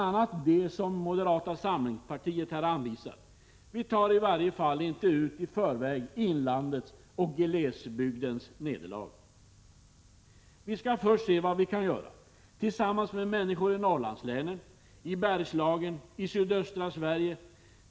a. de som moderata samlingspartiet har anvisat. Vi tar i varje fall inte i förväg ut inlandets och glesbygdens nederlag. Vi skall börja med att se vad vi kan göra. Tillsammans med människor i norrlandslänen, i Bergslagen, i sydöstra Sverige.